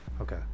Okay